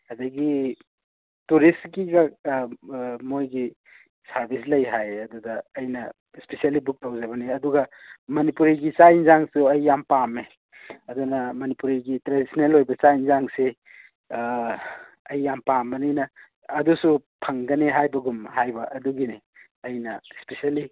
ꯑꯗꯒꯤ ꯇꯨꯔꯤꯁꯀꯤꯒ ꯃꯣꯏꯒꯤ ꯁꯥꯔꯕꯤꯁ ꯂꯩ ꯍꯥꯏꯌꯦ ꯑꯗꯨꯗ ꯑꯩꯅ ꯁ꯭ꯄꯤꯁꯦꯜꯂꯤ ꯕꯨꯛ ꯇꯧꯖꯕꯅꯤ ꯑꯗꯨꯒ ꯃꯅꯤꯄꯨꯔꯤꯒꯤ ꯆꯥꯛ ꯌꯦꯟꯁꯥꯡꯁꯨ ꯑꯩ ꯌꯥꯝ ꯄꯥꯝꯃꯦ ꯑꯗꯨꯅ ꯃꯅꯤꯄꯨꯔꯤꯒꯤ ꯇ꯭ꯔꯦꯗꯤꯁꯟꯅꯦꯜ ꯑꯣꯏꯕ ꯆꯥꯛ ꯌꯦꯟꯁꯥꯡꯁꯤ ꯑꯩ ꯌꯥꯝ ꯄꯥꯝꯕꯅꯤꯅ ꯑꯗꯨꯁꯨ ꯐꯪꯒꯅꯤ ꯍꯥꯏꯕꯒꯨꯝ ꯍꯥꯏꯕ ꯑꯗꯨꯒꯤꯅꯤ ꯑꯩꯅ ꯁ꯭ꯄꯤꯁꯦꯜꯂꯤ